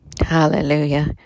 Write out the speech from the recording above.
Hallelujah